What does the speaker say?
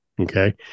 Okay